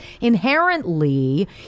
inherently